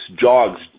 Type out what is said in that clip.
jogs